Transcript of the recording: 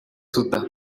soudan